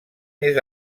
més